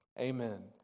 amen